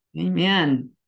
Amen